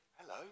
Hello